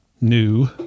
new